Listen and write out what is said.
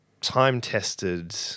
time-tested